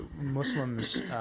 Muslims